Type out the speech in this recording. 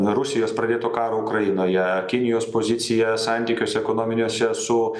rusijos pradėto karo ukrainoje kinijos pozicija santykiuose ekonominiuose su